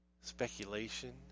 speculation